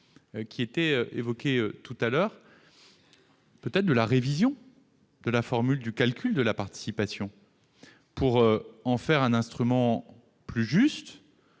déjà évoquée tout à l'heure, de la révision de la formule du calcul de la participation pour en faire un instrument plus juste